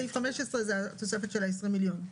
סעיף 15 זה התוספת של ה-20 מיליון?